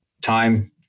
time